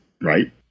right